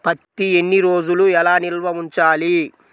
పత్తి ఎన్ని రోజులు ఎలా నిల్వ ఉంచాలి?